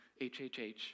HHH